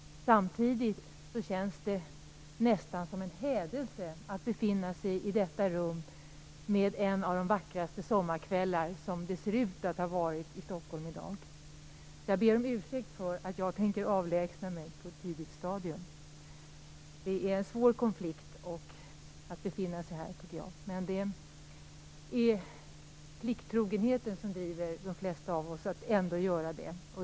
Samtidigt känns det nästan som en hädelse att behöva befinna sig i detta rum en av de vackraste sommarkvällar som det ser ut att ha varit i Stockholm i dag. Jag ber om ursäkt för att jag tänker avlägsna mig på tidigt stadium. Det innebär en svår konflikt att behöva befinna sig här, men det är plikttrogenheten som driver de flesta av oss att ändå göra det.